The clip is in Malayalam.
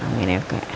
അങ്ങനെയൊക്കെ